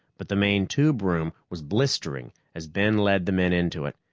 but the main tube-room was blistering as ben led the men into it.